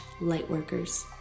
lightworkers